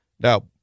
Now